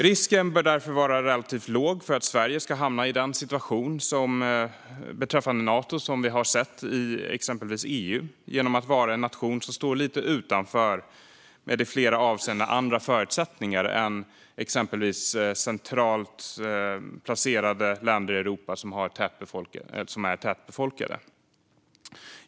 Risken bör därför vara relativt låg för att Sverige ska hamna i den situation beträffande Nato som vi har sett i EU, genom att vara en nation som står lite utanför med i flera avseenden andra förutsättningar än exempelvis tätbefolkade länder i centrala Europa.